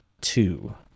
two